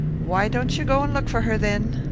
why don't ye go and look for her thin?